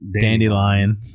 Dandelion